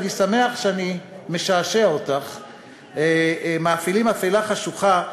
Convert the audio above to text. אני שמח שאני משעשע אותךְ מאפילים אפלה חשוכה,